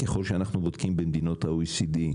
ככל שאנחנו בודקים במדינות ה-OECD,